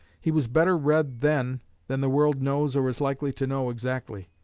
he was better read then than the world knows or is likely to know exactly.